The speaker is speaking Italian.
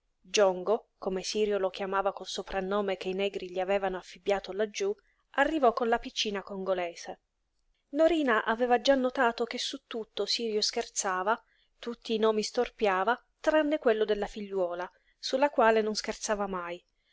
giongo come sirio lo chiamava col soprannome che i negri gli avevano affibbiato laggiú arrivò con la piccina congolese norina aveva già notato che su tutto sirio scherzava tutti i nomi storpiava tranne quello della figliuola su la quale non scherzava mai